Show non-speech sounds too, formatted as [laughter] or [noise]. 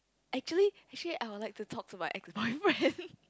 actually actually I would like to talk to my ex boyfriend [laughs]